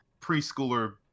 preschooler